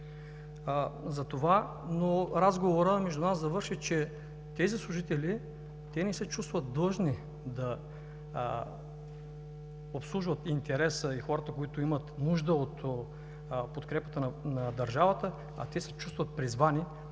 за страната. Но разговорът между нас завърши с това, че тези служители не се чувстват длъжни да обслужват интереса на хората, които имат нужда от подкрепата на държавата, а те се чувстват призвани